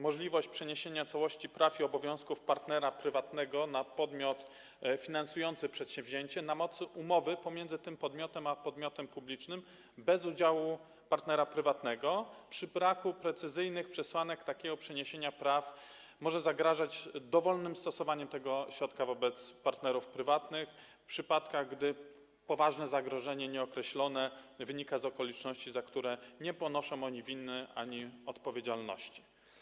Możliwość przeniesienia całości praw i obowiązków partnera prywatnego na podmiot finansujący przedsięwzięcie na mocy umowy pomiędzy tym podmiotem a podmiotem publicznym bez udziału partnera prywatnego przy braku precyzyjnych przesłanek takiego przeniesienia praw może zagrażać dowolnym stosowaniem tego środka wobec partnerów prywatnych, w przypadkach gdy poważne zagrożenie, nieokreślone, wynika z okoliczności, za które nie ponoszą oni winy ani odpowiedzialności.